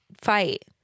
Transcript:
fight